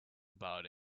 about